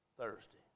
Thursday